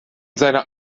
seiner